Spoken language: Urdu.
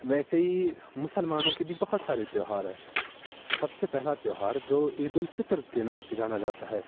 ویسے ہی مسلمانوں کے بی بہت سارے تہوار ہے سب سے پہلا تہوار جو عید الفطر کے نام سے جانا جاتا ہے